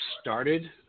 started